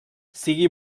sigui